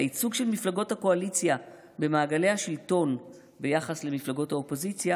הייצוג של מפלגות הקואליציה במעגלי השלטון ביחס למפלגות האופוזיציה